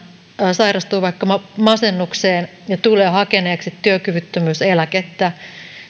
sairastuu vaikka masennukseen ja tulee hakeneeksi työkyvyttömyyseläkettä